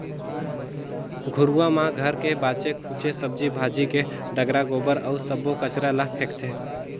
घुरूवा म घर के बाचे खुचे सब्जी भाजी के डठरा, गोबर अउ सब्बो कचरा ल फेकथें